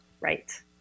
Right